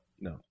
no